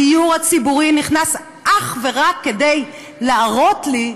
הדיור הציבורי נכנס אך ורק כדי להראות לי,